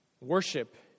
worship